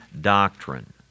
doctrine